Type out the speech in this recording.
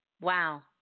Wow